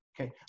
Okay